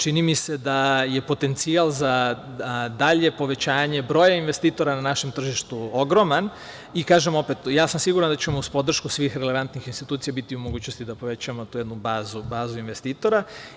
Čini mi se da je potencijal za dalje povećanje broja investitora ogroman i, kažem opet, ja sam siguran da ćemo uz podršku svih relevantnih institucija biti u mogućnosti da povećamo tu jednu bazu investitora.